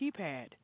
keypad